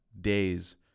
days